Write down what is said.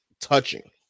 touching